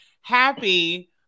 happy